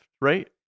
right